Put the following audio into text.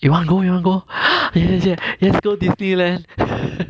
you want go you want go yes yes yes go disneyland